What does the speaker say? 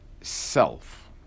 self